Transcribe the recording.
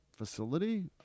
facility